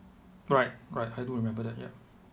right right I do remember that yup